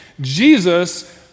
Jesus